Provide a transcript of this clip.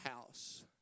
house